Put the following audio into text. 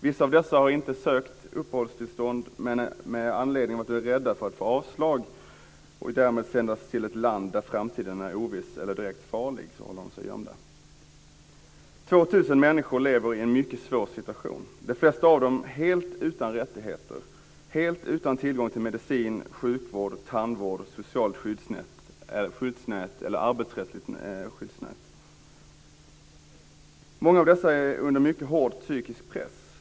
Vissa av dessa har inte sökt uppehållstillstånd med anledning av att de är rädda att få avslag och därmed sändas till ett land där framtiden är oviss eller direkt farlig, utan de håller sig gömda. 2 000 människor lever i en mycket svår situation. De flesta av dem är helt utan rättigheter, helt utan tillgång till medicin, sjukvård, tandvård, socialt skyddsnät eller arbetsrättsligt skyddsnät. Många av dessa personer är under mycket hård psykisk press.